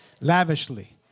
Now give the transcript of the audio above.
Lavishly